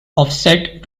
offset